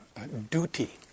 duty